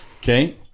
Okay